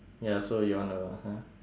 ya so you wanna